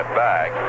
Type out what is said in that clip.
back